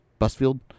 Busfield